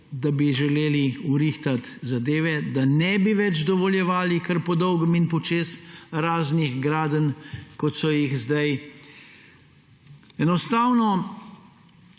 da bi želeli urediti zadeve, da ne bi več dovoljevali kar po dolgem in počez raznih gradenj, kot so jih sedaj.